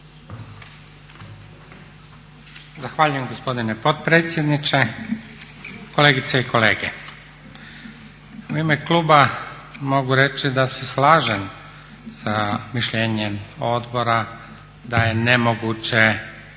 Zahvaljujem gospodine potpredsjedniče, kolegice i kolege. U ime kluba mogu reći da se slažem sa mišljenjem odbora da je nemoguće